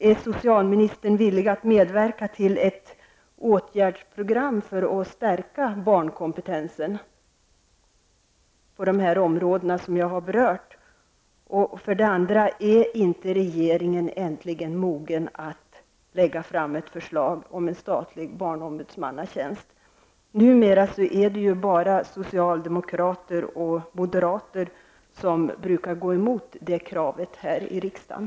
Är socialministern villig att medverka till ett åtgärdsprogram för att stärka barnkompetensen på de områden som jag har berört? Är inte regeringen äntligen mogen att lägga fram förslag om en statlig barnombudsman? Numera är det bara socialdemokrater och moderater som brukar gå emot kravet det här i riksdagen.